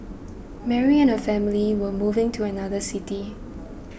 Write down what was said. Mary and her family were moving to another city